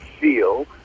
feel